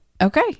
Okay